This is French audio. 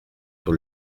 sur